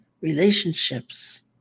relationships